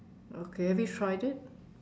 okay have you tried it